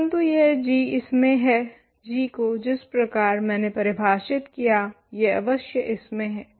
परंतु यह g इसमें है g को जिस प्रकार मैंने परिभाषित किया यह अवश्य इसमें है